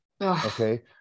Okay